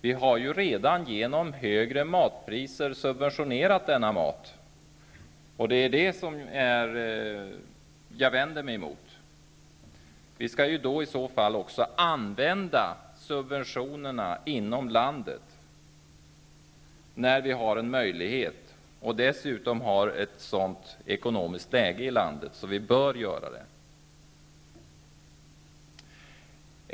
Vi har ju redan genom högre matpriser subventionerat denna mat, och det är det som jag vänder mig emot. Vi skall i så fall också använda subventionerna inom landet när vi har en möjlighet och desutom har ett sådant ekonomiskt läge i landet att vi bör göra det.